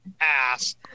ass